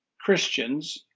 Christians